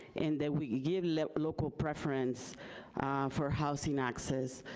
and that we give local preference for housing access.